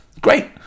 great